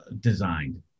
designed